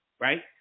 right